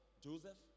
Joseph